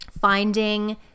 finding